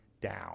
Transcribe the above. down